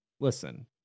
Listen